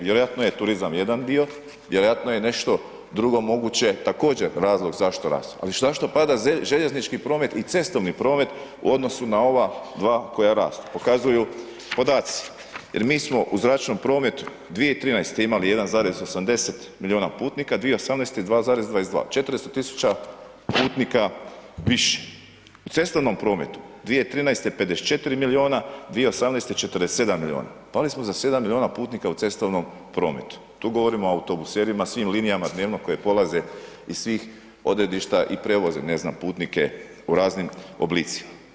Vjerojatno je turizam jedan dio, vjerojatno je nešto drugo moguće također razlog zašto raste, ali zašto pada željeznički promet i cestovni promet u odnosu na ova dva koja rastu pokazuju podaci jer mi smo u zračnom prometu 2013. imali 1,80 milijuna putnika, 2018. 2,22, 400 000 putnika više, u cestovnom prometu 2013. 54 milijuna, 2018. 47 milijuna, pali smo za 7 milijuna putnika u cestovnom prometu, tu govorimo o autobuserima, svim linijama dnevno koje polaze iz svih odredišta i prevoze, ne znam, putnike u raznim oblicima.